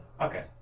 Okay